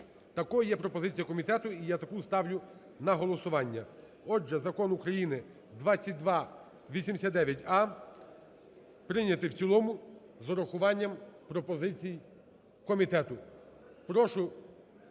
Такою є пропозиція комітету і я таку ставлю на голосування. Отже, Закон України 2289а прийняти в цілому з урахуванням пропозицій комітету.